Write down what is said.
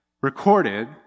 recorded